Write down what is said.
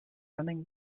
running